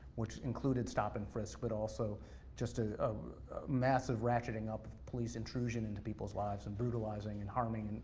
which included stop and frisk but also just a massive ratcheting up of police intrusion into peoples lives, and brutalizing and harming and